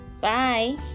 Bye